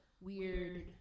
weird